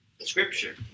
scripture